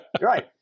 Right